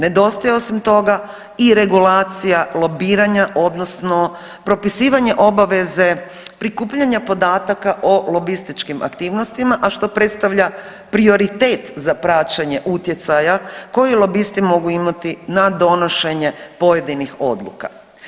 Nedostaje osim toga i regulacija lobiranja odnosno propisivanje obaveze prikupljanja podataka o lobističkim aktivnostima, a što predstavlja prioritet za praćenje utjecaja koji lobisti mogu imati na donošenje pojedinih odluka.